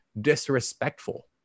disrespectful